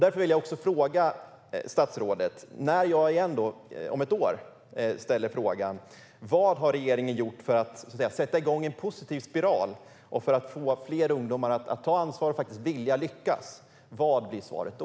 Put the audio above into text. Därför vill jag fråga statsrådet: När jag igen om ett år ställer frågan vad regeringen har gjort för att sätta igång en positiv spiral och för att få fler ungdomar att ta ansvar och faktiskt vilja lyckas, vad blir svaret då?